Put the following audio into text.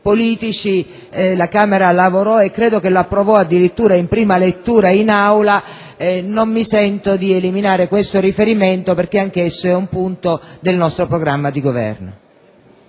provvedimento e credo che lo approvò addirittura in prima lettura in Aula e non mi sento di eliminare questo riferimento, perché anch'esso è un punto del nostro programma di Governo.